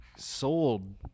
sold